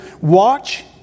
watch